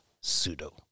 pseudo